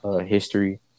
history